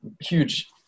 huge